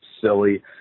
silly